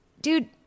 dude